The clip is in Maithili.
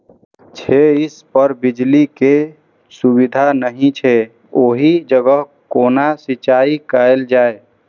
छै इस पर बिजली के सुविधा नहिं छै ओहि जगह केना सिंचाई कायल जाय?